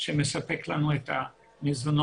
שמספק לנו את המזון